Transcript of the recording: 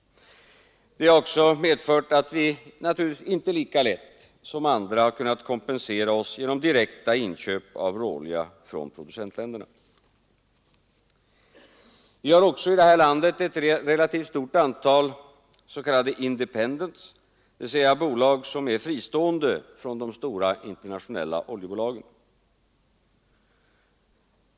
Den har medfört att vi inte lika lätt som andra kunnat kompensera oss genom direkta inköp av råolja från producentländerna. Vi har vidare i Sverige ett relativt stort antal s.k. independents, dvs. bolag som är fristående från de stora internationella oljebolagen.